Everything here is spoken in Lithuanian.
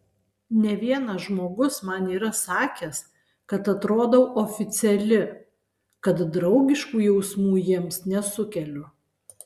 ne vienas žmogus man yra sakęs kad atrodau oficiali kad draugiškų jausmų jiems nesukeliu